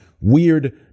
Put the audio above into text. weird